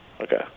Okay